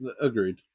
agreed